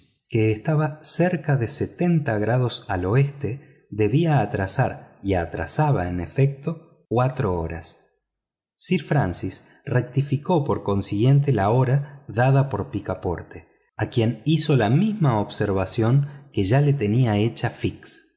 que estaba a cerca de setenta grados al oeste debía atrasar y atrasaba en efecto cuatro horas sir francis rectificó por consiguiente la hora dada por picaporte a quien hizo la misma observacion que ya le tenía hecha fix